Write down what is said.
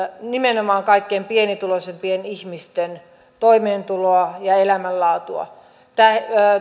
nimenomaan kaikkein pienituloisimpien ihmisten toimeentuloa ja elämänlaatua tämä